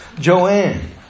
Joanne